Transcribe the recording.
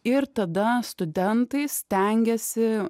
ir tada studentai stengiasi